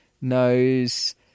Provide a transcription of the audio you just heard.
knows